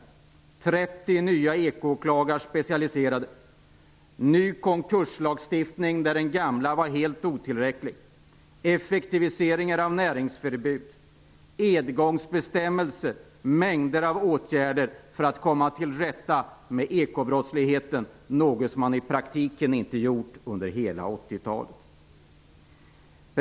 Det blev 30 nya specialiserade eko-åklagare, en ny konkurslagstiftning där den gamla var helt otillräcklig, effektiviseringar av näringsförbud, edgångsbestämmelser och en mängd andra åtgärder för att komma till rätta med ekobrottsligheten - något som man i praktiken inte gjorde under 80-talet.